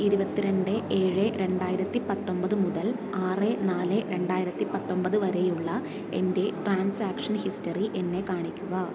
ഇരുപത്തിരണ്ട് ഏഴ് രണ്ടായിരത്തി പത്തൊമ്പത് മുതൽ ആറ് നാല് രണ്ടായിരത്തിപത്തൊമ്പത് വരെയുള്ള എൻ്റെ ട്രാൻസാക്ഷൻ ഹിസ്റ്ററി എന്നെ കാണിക്കുക